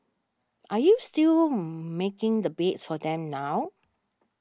are you still making the beds for them now